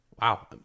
Wow